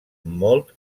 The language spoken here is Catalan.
molt